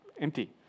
empty